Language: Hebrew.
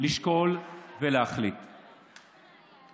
להשוות את הכללים עכשיו ולראות שהיא הצעת חוק מיותרת.